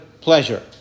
pleasure